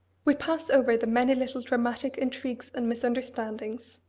we pass over the many little dramatic intrigues and misunderstandings,